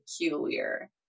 peculiar